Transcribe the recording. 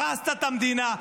הרסת את המדינה.